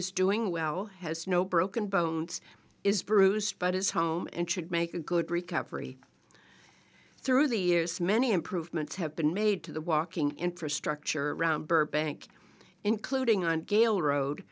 is doing well has no broken bones is bruised but his home and should make a good recovery through the years many improvements have been made to the walking infrastructure around burbank including on